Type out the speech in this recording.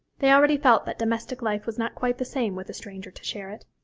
they already felt that domestic life was not quite the same with a stranger to share it.